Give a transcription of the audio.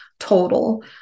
total